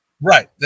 Right